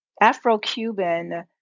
Afro-Cuban